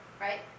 right